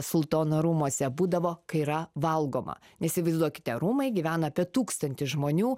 sultono rūmuose būdavo kai yra valgoma įsivaizduokite rūmai gyvena apie tūkstantį žmonių